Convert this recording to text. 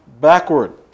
backward